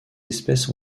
espèces